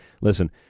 Listen